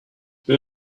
they